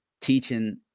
teaching